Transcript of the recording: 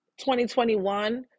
2021